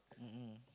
mmhmm